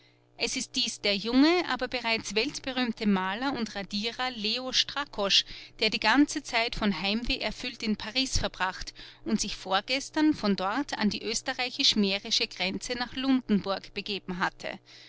es ist dies der junge aber bereits weltberühmte maler und radierer leo strakosch der die ganze zeit von heimweh erfüllt in paris verbracht und sich vorgestern von dort an die österreichisch mährische grenze nach lundenburg begeben hatte